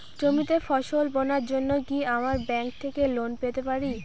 জমিতে ফসল বোনার জন্য কি আমরা ব্যঙ্ক থেকে লোন পেতে পারি?